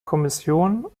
kommission